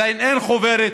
עדיין אין חוברת.